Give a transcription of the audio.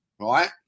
right